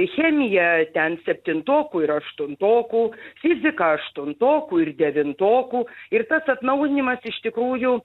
chemija ten septintokų ir aštuntokų fizika aštuntokų ir devintokų ir tas atnaujinimas iš tikrųjų